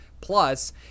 Plus